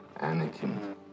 Anakin